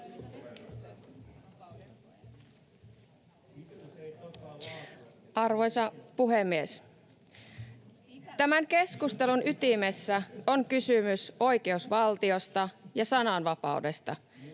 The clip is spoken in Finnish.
rouva puhemies! Ihan tämän keskustelun ytimessä on se kysymys oikeusvaltiosta ja myös sananvapaudesta